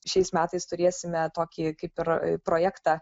šiais metais turėsime tokį kaip ir projektą